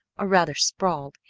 or rather sprawled,